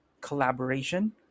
collaboration